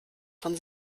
von